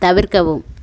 தவிர்க்கவும்